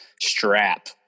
strap